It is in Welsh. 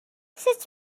sut